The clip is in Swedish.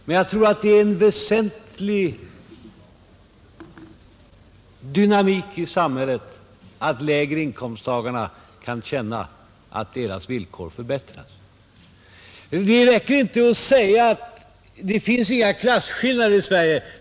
Men jag tror att det är en väsentlig dynamik i samhället att de lägre inkomsttagarna kan känna att deras villkor förbättras, Det räcker inte med att säga att det inte finns några klasskillnader i Sverige.